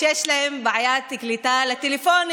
שיש להם בעיית קליטה בטלפונים?